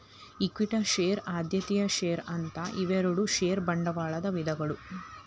equity share ಆದ್ಯತೆಯ share ಅಂತ ಇವೆರಡು ಷೇರ ಬಂಡವಾಳದ ವಿಧಗಳು